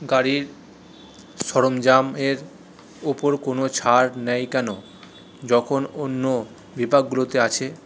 গাড়ির সরঞ্জাম এর ওপর কোনও ছাড় নেই কেন যখন অন্য বিভাগগুলোতে আছে